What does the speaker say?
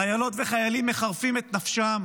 חיילות וחיילים מחרפים את נפשם